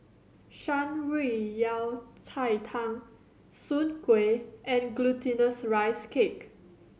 Shan Rui Yao Cai Tang soon kway and Glutinous Rice Cake